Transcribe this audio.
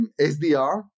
SDR